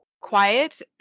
quiet